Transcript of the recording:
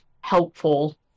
helpful